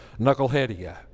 knuckleheadia